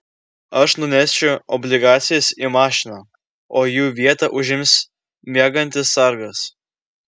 aš nunešiu obligacijas į mašiną o jų vietą užims miegantis sargas